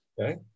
Okay